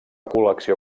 col·lecció